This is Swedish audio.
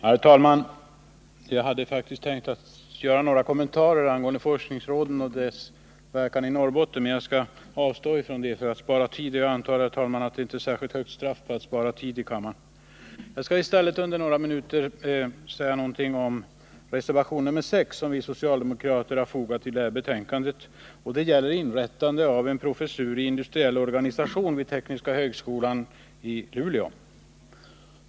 Herr talman! Jag hade faktiskt tänkt att göra några kommentarer angående forskningsråden och deras verkan i Norrbotten. Men jag skall avstå från det för att spara tid. — Jag antar, herr talman, att det inte är särskilt högt straff på att spara tid i kammaren. Jag skall i stället under några minuter säga någonting om reservation 6, som vi socialdemokrater fogat till betänkandet. Den gäller inrättandet av en professur i industriell organisation vid tekniska högskolan i Luleå.